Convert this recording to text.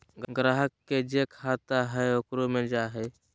ग्राहक के जे खाता हइ ओकरे मे जा हइ